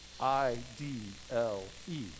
I-D-L-E